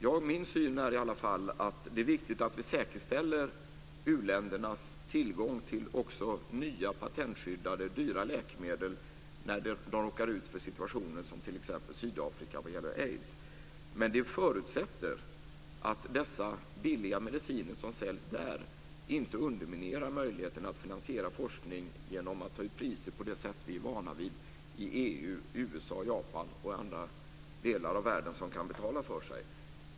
Min uppfattning är i alla fall den att det är viktigt att vi säkerställer u-ländernas tillgång också till nya patentskyddade dyra läkemedel i situationer som t.ex. i Sydafrika när det gäller aids. Men detta förutsätter att de billiga mediciner som säljs där inte underminerar möjligheterna till finansiering av forskning genom uttagande av priser på det sätt som vi är vana vid i EU, USA och Japan och i andra delar av världen som kan betala för sig.